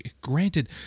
granted